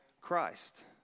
Christ